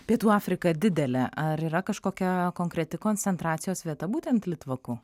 pietų afrika didelė ar yra kažkokia konkreti koncentracijos vieta būtent litvakų